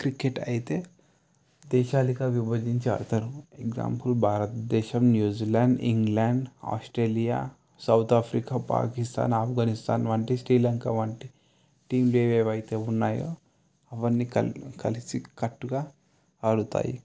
cricket అయితే దేశాలుగా విభజించి ఆడుతారు ఎగ్జాంపుల్ భారతదేశం New Zealand England Australia South Africa Pakistan Afghanistan వంటి శ్రీలంక వంటి టీంలు ఏవైవెతే ఉన్నాయో అవన్నీ కలిసి కలిసికట్టుగా ఆడుతాయి